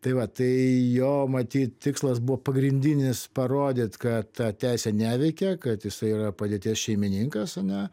tai vat tai jo matyt tikslas buvo pagrindinis parodyt kad ta teisė neveikia kad jisai yra padėties šeimininkas ane